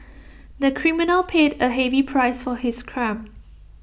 the criminal paid A heavy price for his crime